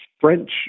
French